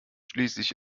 schließlich